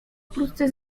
wkrótce